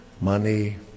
money